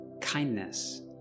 kindness